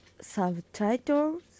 subtitles